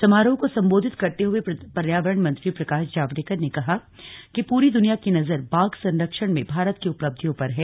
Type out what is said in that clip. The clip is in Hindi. समारोह को संबोधित करते हुए पर्यावरण मंत्री प्रकाश जावडेकर ने कहा कि पूरी दुनिया की नजर बाघ संरक्षण में भारत की उपलब्धियों पर है